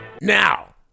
now